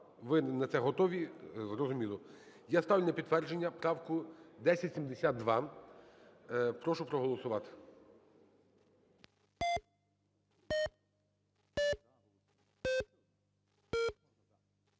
Ви на це готові, зрозуміло. Я ставлю на підтвердження правку 1072. Прошу проголосувати.